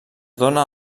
dóna